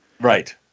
right